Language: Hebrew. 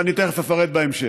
ואני תכף אפרט, בהמשך.